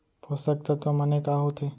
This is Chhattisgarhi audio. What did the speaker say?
पोसक तत्व माने का होथे?